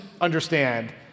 understand